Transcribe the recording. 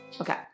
Okay